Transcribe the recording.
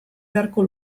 beharko